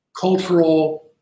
cultural